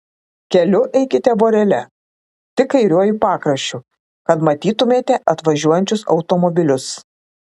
keliu eikite vorele tik kairiuoju pakraščiu kad matytumėte atvažiuojančius automobilius